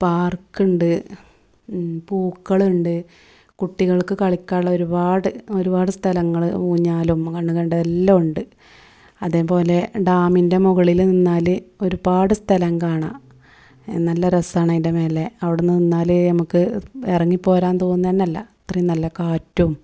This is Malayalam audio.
പാര്ക്കുണ്ട് പൂക്കളുണ്ട് കുട്ടികള്ക്ക് കളിക്കാനുള്ള ഒരുപാട് ഒരുപാട് സ്ഥലങ്ങൾ ഊഞ്ഞാലും കണ്ണില് കണ്ടതെല്ലാം ഉണ്ട് അതേ പോലെ ഡാമിന്റെ മുകളിൽ നിന്നാൽ ഒരുപാട് സ്ഥലം കാണാം നല്ല രസാണതിന്റെ മേലെ അവിടെ നിന്നാൽ നമ്മൾക്ക് ഇറങ്ങിപ്പോകാന് തോന്നുന്നേ ഇല്ല അത്രയും നല്ല കാറ്റും